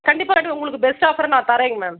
கண்டிப்பாக நாங்கள் உங்களுக்கு பெஸ்ட் ஆஃபர் நான் தர்றேன்ங்க